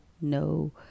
no